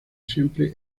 siempre